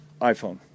iPhone